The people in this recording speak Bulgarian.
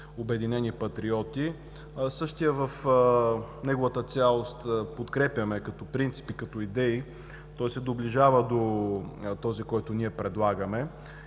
„Обединени патриоти“, същият в неговата цялост подкрепяме като принципи и идеи, той се доближава до този, който ние предлагаме